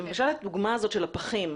למשל הדוגמא הזאת של הפחים,